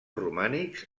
romànics